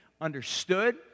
understood